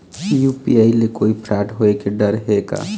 UPI ले कोई fraud होए के डर हे का?